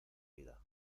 vida